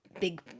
big